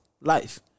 life